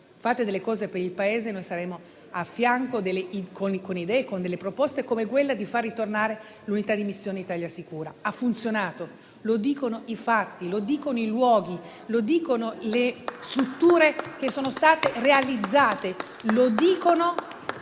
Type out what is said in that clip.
farete delle cose per il Paese, noi saremo al vostro fianco, con idee e con proposte, come quella di far ritornare l'unità di missione "Italia sicura". Essa ha funzionato: lo dicono i fatti, lo dicono i luoghi, lo dicono le strutture che sono state realizzate.